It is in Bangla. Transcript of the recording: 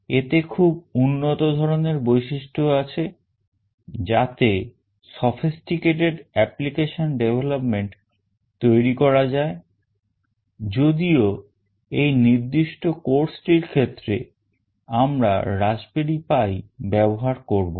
এতে খুব উন্নত ধরনের বৈশিষ্ট্য আছে যাতে sophisticated application development তৈরি করা যায় যদিও এই নির্দিষ্ট course টির ক্ষেত্রে আমরা Raspberry Pi ব্যবহার করব না